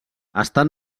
estan